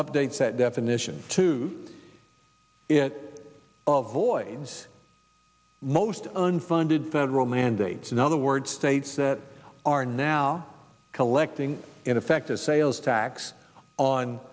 updates that definition to it of boys most unfunded federal mandates and other words states that are now collecting in effect a sales tax on